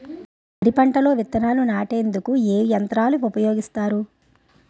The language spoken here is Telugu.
వరి పంటలో విత్తనాలు నాటేందుకు ఏ యంత్రాలు ఉపయోగిస్తారు?